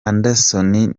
anderson